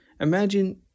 Imagine